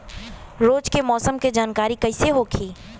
रोज के मौसम के जानकारी कइसे होखि?